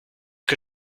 que